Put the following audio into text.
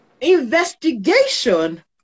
Investigation